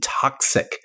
toxic